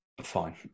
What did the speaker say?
Fine